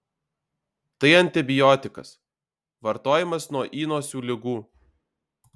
tai antibiotikas vartojamas nuo įnosių ligų